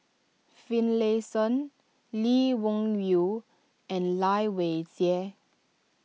Finlayson Lee Wung Yew and Lai Weijie